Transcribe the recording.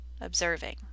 observing